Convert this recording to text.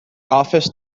office